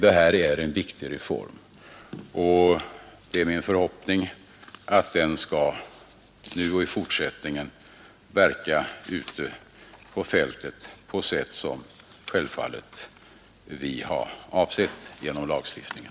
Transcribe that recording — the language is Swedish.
Detta är nämligen en viktig reform, och det är min förhoppning att den nu och i fortsättningen skall verka ute på fältet på det sätt som vi självfallet har avsett med lagstiftningen.